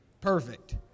Perfect